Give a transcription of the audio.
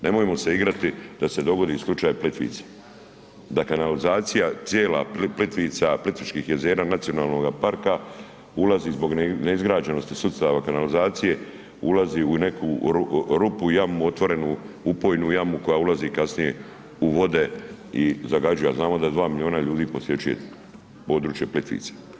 Nemojmo se igrati da se dogodi slučaj Plitvica da kanalizacija cijela Plitvica, Plitvičkih jezera, nacionalnoga parka ulazi zbog neizgrađenosti sustava kanalizacije, ulazi u neku rupu, jamu otvorenu, upojnu jamu koja ulazi kasnije u vode i zagađuje, a znamo da 2 milijuna ljudi posjećuje područje Plitvica.